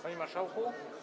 Panie Marszałku!